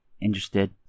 interested